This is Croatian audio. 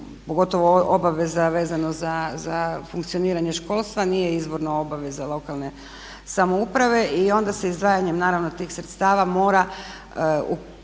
pogotovo obaveza vezano za funkcioniranje školstva nije izborna obaveza lokalne samouprave i onda se izdvajanjem naravno tih sredstava mora